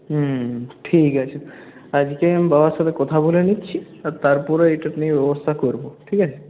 হুম ঠিক আছে আজকে আমি বাবার সাথে কথা বলে নিচ্ছি তারপরে এটা নিয়ে ব্যবস্থা করবো ঠিক আছে